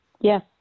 yes